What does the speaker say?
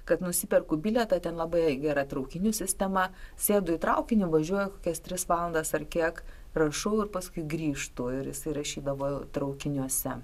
kad nusiperku bilietą ten labai gera traukinių sistema sėdu į traukinį važiuoju kokias tris valandas ar kiek rašau ir paskui grįžtu ir jisai rašydavo traukiniuose